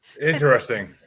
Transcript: Interesting